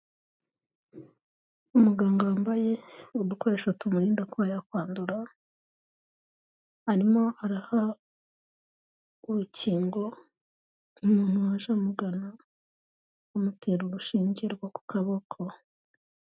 Umuganga wambaye udukoresho tumurinda kuba yakwandura arimo araha urukingo umuntu waje amugana, amutera urushinge rwo ku kaboko.